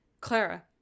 clara